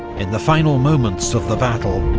in the final moments of the battle,